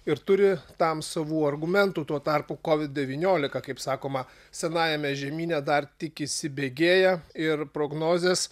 ir turi tam savų argumentų tuo tarpu kovid devyniolika kaip sakoma senajame žemyne dar tik įsibėgėja ir prognozės